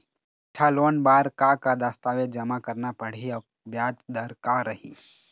सिक्छा लोन बार का का दस्तावेज जमा करना पढ़ही अउ ब्याज दर का रही?